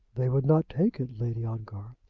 they would not take it, lady ongar.